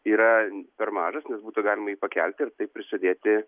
yra per mažas nes būtų galima jį pakelti ir taip prisidėti